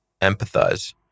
empathize